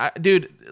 dude